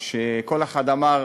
כל אחד אמר,